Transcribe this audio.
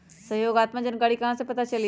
सहयोगात्मक जानकारी कहा से पता चली?